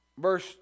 Verse